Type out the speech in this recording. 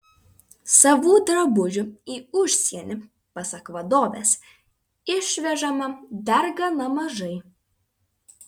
savų drabužių į užsienį pasak vadovės išvežama dar gana mažai